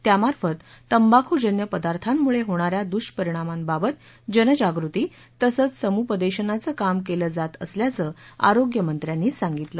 त्यामार्फत तंबाखूजन्य पदार्थांमुळे होणा या दृष्परिणामाबाबत जनजागृती तसंच समुपदेशनाचं काम केलं जात असल्याचं आरोग्यमंत्र्यांनी सांगितलं